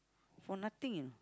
for nothing you know